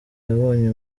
yabonye